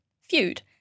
feud